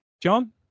John